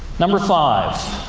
number five,